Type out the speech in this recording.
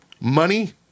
Money